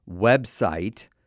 website